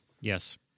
Yes